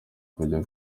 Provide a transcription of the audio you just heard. kujya